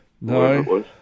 No